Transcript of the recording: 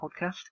podcast